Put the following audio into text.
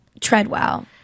treadwell